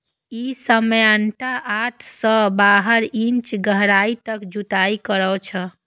ई सामान्यतः आठ सं बारह इंच गहराइ तक जुताइ करै छै